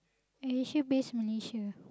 AirAsia base Malaysia